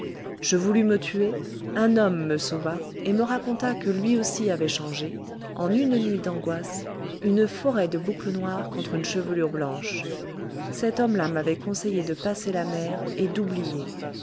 je voulus me tuer un homme me sauva et me raconta que lui aussi avait changé en une nuit d'angoisse une forêt de boucles noires contre une chevelure blanche cet homme-là m'avait conseillé de passer la mer et d'oublier